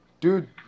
dude